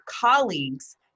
colleagues